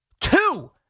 two